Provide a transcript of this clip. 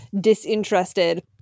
disinterested